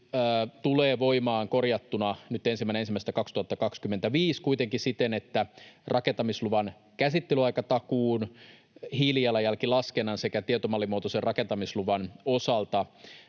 tulee voimaan korjattuna 1.1.2025, kuitenkin siten, että rakentamisluvan käsittelyaikatakuun, hiilijalanjälkilaskennan sekä tietomallimuotoisen rakentamisluvan osalta